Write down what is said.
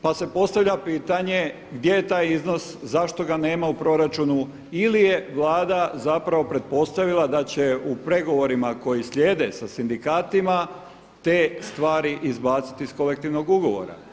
Pa se postavlja pitanje gdje je taj iznos, zašto ga nema u proračunu ili je Vlada zapravo pretpostavila da će u pregovorima koji slijede sa sindikatima te stvari izbaciti iz kolektivnog ugovora.